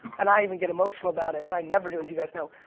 and i even get emotional about it and i never do, as you guys know,